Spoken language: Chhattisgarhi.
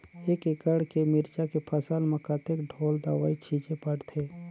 एक एकड़ के मिरचा के फसल म कतेक ढोल दवई छीचे पड़थे?